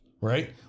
Right